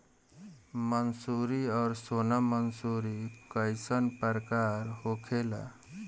मंसूरी और सोनम मंसूरी कैसन प्रकार होखे ला?